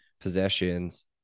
possessions